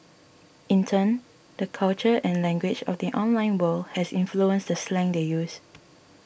in turn the culture and language of the online world has influenced the slang they use